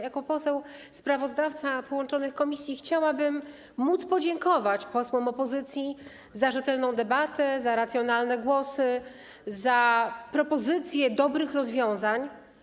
Jako poseł sprawozdawca połączonych komisji chciałabym móc podziękować posłom opozycji za rzetelną debatę, za racjonalne głosy, za propozycje dobrych rozwiązań.